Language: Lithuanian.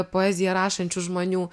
poeziją rašančių žmonių